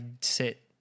sit